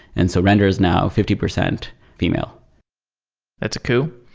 and so render is now fifty percent female that's a coo.